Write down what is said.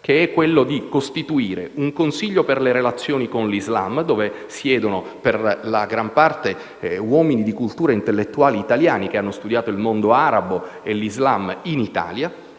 che è la costituzione di un consiglio per le relazioni con l'Islam, dove siedono per la gran parte uomini di cultura e intellettuali italiani che hanno studiato il mondo arabo e l'Islam in Italia,